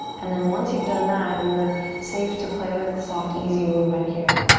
and then once you've done that, you're safe to play with soft, easy movement here.